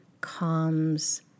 calms